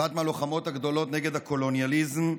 אחת מהלוחמות הגדולות נגד הקולוניאליזם,